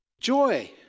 Joy